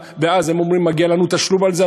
ואז הם אומרים: מגיע לנו תשלום על זה,